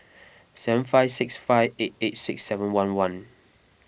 seven five six five eight eight six seven one one